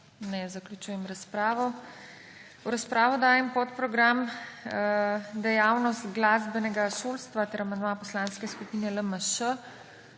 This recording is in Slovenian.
Ne. Zaključujem razpravo. V razpravo dajem podprogram Dejavnost glasbenega šolstva ter amandma Poslanske skupine LMŠ.